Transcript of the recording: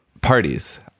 parties